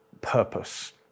purpose